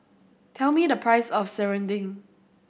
tell me the price of serunding